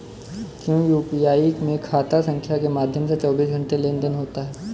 क्या यू.पी.आई में खाता संख्या के माध्यम से चौबीस घंटे लेनदन होता है?